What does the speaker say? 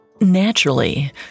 Naturally